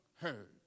heard